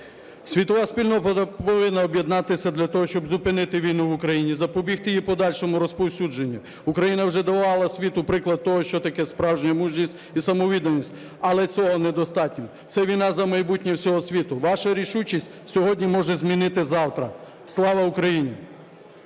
Світова спільнота повинна об'єднатися для того, щоб зупинити війну в Україні, запобігти її подальшому розповсюдженню. Україна вже давала світу приклад того, що таке справжня мужність і самовідданість, але цього недостатньо. Це війна за майбутнє всього світу. Ваша рішучість сьогодні може змінити завтра. Слава Україні!